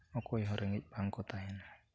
ᱚᱠᱚᱭᱦᱚᱸ ᱨᱮᱸᱜᱮᱡ ᱵᱟᱝᱠᱚ ᱛᱟᱦᱮᱱᱟ